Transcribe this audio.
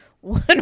One